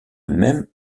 même